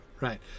right